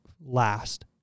last